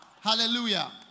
hallelujah